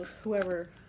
Whoever